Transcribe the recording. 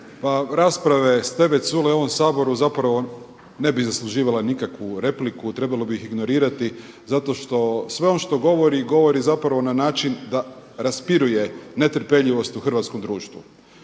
Pa rasprave Steve Culeja u ovom Sabora zapravo ne bi zasluživale nikakvu repliku, trebalo bi ih ignorirati zato što sve on što govori, govori zapravo na način da raspiruje netrpeljivost u hrvatskom društvu.